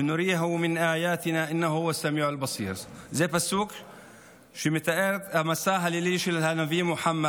ישתבח שמו של המסיע את עבדו בלילה מן המסגד הקדוש אל המסגד